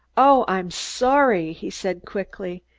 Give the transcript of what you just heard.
oh, i'm sorry! he said quickly.